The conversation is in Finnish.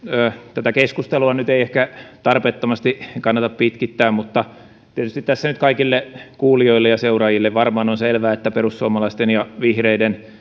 tätä keskustelua nyt ei ehkä tarpeettomasti kannata pitkittää mutta tietysti tässä nyt kaikille kuulijoille ja seuraajille varmaan on selvää että perussuomalaisten ja vihreiden